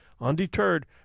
Undeterred